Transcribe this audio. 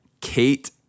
Kate